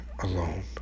alone